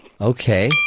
Okay